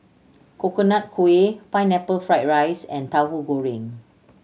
Coconut Kuih Pineapple Fried rice and Tauhu Goreng